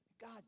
God